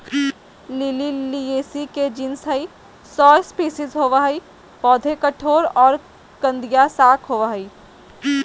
lily liliaceae के genus हई, सौ स्पिशीज होवअ हई, पौधा कठोर आरो कंदिया शाक होवअ हई